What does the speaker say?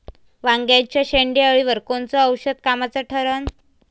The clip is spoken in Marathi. वांग्याच्या शेंडेअळीवर कोनचं औषध कामाचं ठरन?